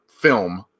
film